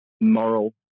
moral